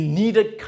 needed